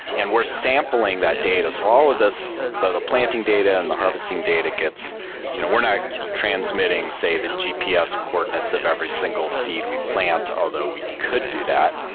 and we're sampling that data. so all of these, the planting data and the harvesting data gets you know we're not transmitting, say, the gps coordinates of every single seed we plant, although we could do that.